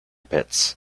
pits